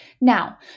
Now